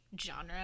genre